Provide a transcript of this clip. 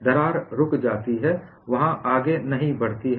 दरार रुक जाती है वहाँ यह आगे नहीं बढ़ती है